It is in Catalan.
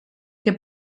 que